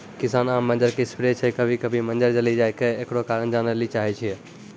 किसान आम के मंजर जे स्प्रे छैय कभी कभी मंजर जली जाय छैय, एकरो कारण जाने ली चाहेय छैय?